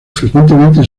frecuentemente